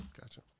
Gotcha